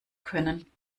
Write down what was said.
können